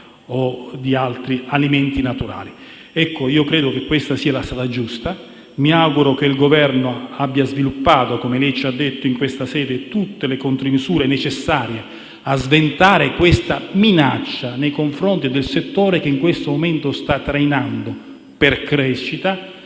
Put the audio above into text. o di altri alimenti naturali. Credo che questa sia la strada giusta. Mi auguro che il Governo abbia predisposto, come ci ha detto in questa sede, tutte le contromisure necessarie a sventare tale minaccia nei confronti del settore che in questo momento sta trainando, per aumento